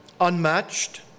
unmatched